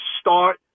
start